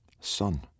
Son